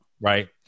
Right